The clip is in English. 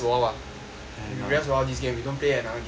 we rest awhile this game we don't play another game